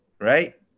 Right